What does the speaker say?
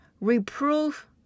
reproof